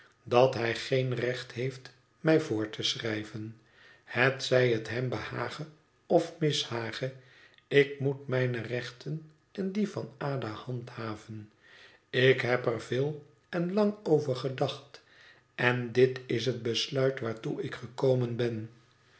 dat hij geen recht heeft mij voor te schrijven hetzij het hem behage of mishage ik moet mijne rechten en die van ada handhaven ik heb er veel en lang over gedacht en dit is het besluit waartoe ik gekomen ben